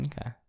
okay